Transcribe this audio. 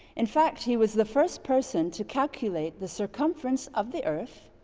in fact, he was the first person to calculate the circumference of the earth.